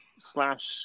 slash